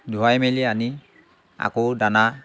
ধুৱাই মেলি আনি আকৌ দানা